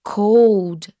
cold